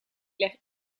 leg